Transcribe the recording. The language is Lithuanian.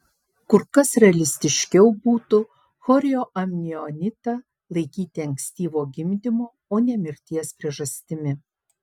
kur kas realistiškiau būtų chorioamnionitą laikyti ankstyvo gimdymo o ne mirties priežastimi